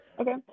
Okay